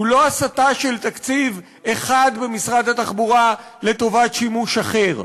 הוא לא הסטה של תקציב אחד במשרד התחבורה לטובת שימוש אחר.